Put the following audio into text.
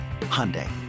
Hyundai